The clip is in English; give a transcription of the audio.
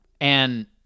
and-